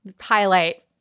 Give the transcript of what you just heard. highlight